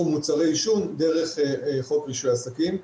מוצרי עישון דרך חוק רישוי עסקים.